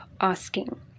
asking